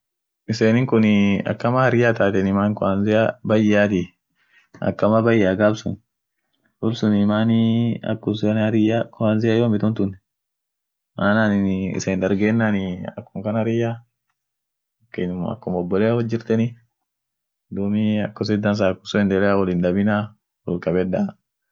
Norwayn ada ishia kabd ada ishian toko mambo taba tokit jiira osteval yeden ganii. elfu toko dib sagali ilama shani dufee aban dufen ninen tor pojun kland yeden dumii mambo nadenineni won kawaidat hata nam tok inama birrinean naden birinean wolini hijirti ama naden tok diira biriinean wolin hiijirt mambo sherekeatianen wolduf ishia kabd guya suneni ades shan taree kudeni tolbaa guyakan sherekeanie sheree ishia sun